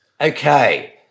Okay